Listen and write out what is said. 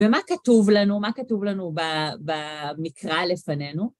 ומה כתוב לנו, מה כתוב לנו במקרא לפנינו?